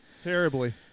terribly